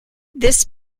this